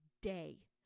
day